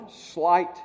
slight